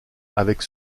avec